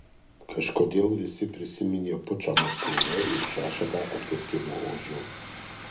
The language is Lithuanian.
kažkodėl visi prisiminė pučą maskvoje ir šešetą atpirkimo ožių